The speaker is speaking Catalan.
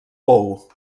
pou